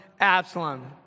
Absalom